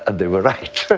and they were right!